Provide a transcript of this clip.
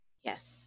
Yes